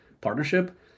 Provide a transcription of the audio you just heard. partnership